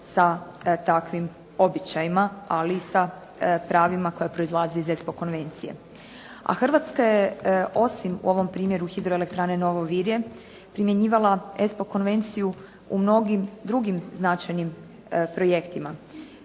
sa takvim običajima, ali i sa pravima koja proizlaze iz ESPO konvencije. A Hrvatska je osim u ovom primjeru hidroelektrane Novo Virje primjenjivala ESPO konvenciju u mnogim drugim značajnim projektima.